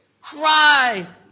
cry